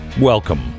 Welcome